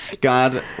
God